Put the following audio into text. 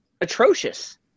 atrocious